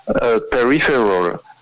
peripheral